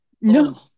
No